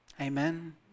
amen